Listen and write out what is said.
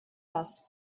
раз